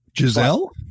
Giselle